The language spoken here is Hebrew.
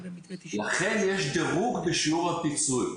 לכן יש דירוג בשיעור הפיצוי.